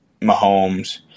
Mahomes